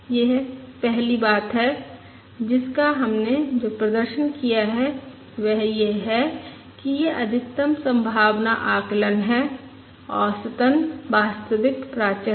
यह पहली बात है जिसका हमने जो प्रदर्शन किया है वह यह है कि यह अधिकतम संभावना आकलन है औसतन वास्तविक प्राचर है